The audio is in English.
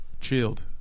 chilled